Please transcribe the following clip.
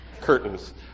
curtains